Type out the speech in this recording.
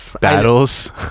battles